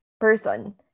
person